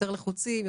יותר לחוצים,